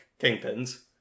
kingpins